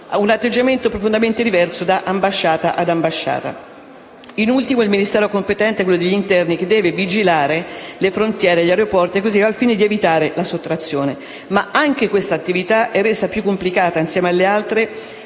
un atteggiamento completamente diverso da ambasciata ad ambasciata. L'ultimo Ministero competente è quello degli interni, che deve vigilare le frontiere e gli aeroporti al fine di evitare la sottrazione. Anche questa attività è resa più complicata, insieme alle altre,